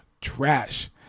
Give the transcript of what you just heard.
trash